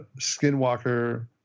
skinwalker